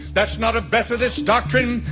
that's not a methodist doctrine.